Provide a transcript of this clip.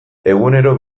egunero